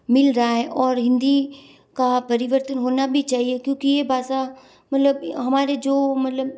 मिल रहा है और हिंदी का परिवर्तन होना भी चाहिए क्योंकि ये भाषा मतलब हमारे जो मतलब